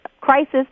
crisis